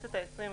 בכנסת ה-20,